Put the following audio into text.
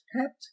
pet